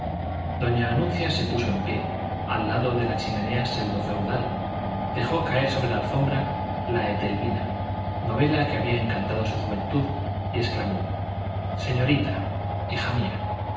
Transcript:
doña anuncia se puso en pie al lado de la chimenea pseudo feudal dejó caer sobre la alfombra la etelvina novela que había encantado su juventud y exclamó señorita hija mía